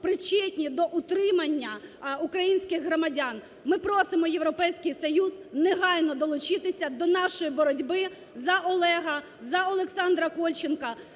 причетні до утримання українських громадян. Ми просимо Європейський Союз негайно долучитися до нашої боротьби за Олега, за Олександра Кольченка,